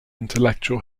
intellectual